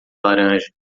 laranja